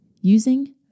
Using